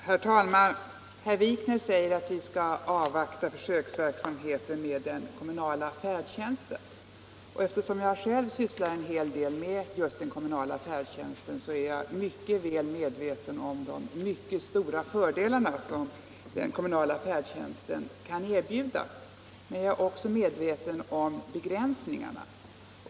Herr talman! Herr Wikner säger att vi skall avvakta försöksverksamheten med den kommunala färdtjänsten. Eftersom jag själv sysslar en hel del med just den kommunala färdtjänsten är jag väl medveten om de mycket stora fördelar som den kommunala färdtjänsten kan erbjuda. Men jag är också medveten om begränsningarna.